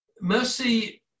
Mercy